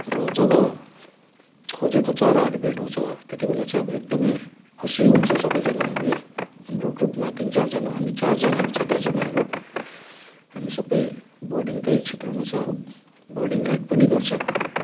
र जब खोजेको चराहरू भेटाउँछ त्यति बेला चाहिँ अब एकदमै खुसी हुन्छु सबैजना हामी हाम्रो ग्रुपमा तिन चारजना हामी चारजनाहरू छ दाजुभाइहरू हामी सबै बर्डिङकै क्षेत्रमा छ बर्डिङ गाइड पनि गर्छ